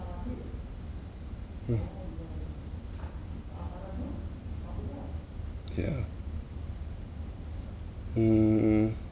mm yeah hmm